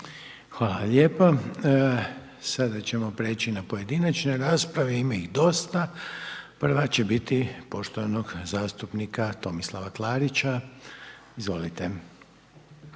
vam lijepa. Sada ćemo prijeći na pojedinačne rasprave, ima ih dosta. Prva će biti poštovanog zastupnika Tomislava Klarića. Izvolite.